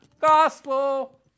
Gospel